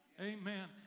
amen